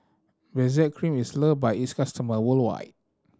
Benzac Cream is loved by its customers worldwide